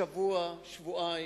שבוע, שבועיים,